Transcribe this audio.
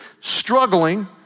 struggling